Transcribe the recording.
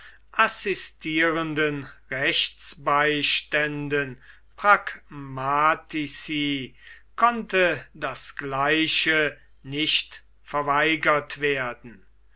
assistierenden rechtsbeiständen pragmatici konnte das gleiche nicht verweigert werden